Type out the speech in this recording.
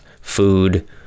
food